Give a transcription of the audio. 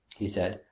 he said,